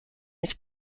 its